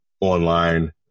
online